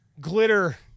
glitter